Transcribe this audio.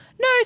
no